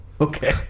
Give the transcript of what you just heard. Okay